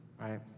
right